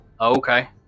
Okay